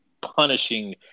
punishing